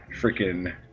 freaking